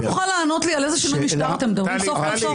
מישהו מוכן לענות לי על איזה שינוי משטר אתם מדברים סוף כל סוף?